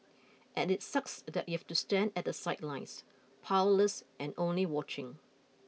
and it sucks that you've to stand at the sidelines powerless and only watching